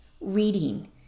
reading